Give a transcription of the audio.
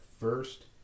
first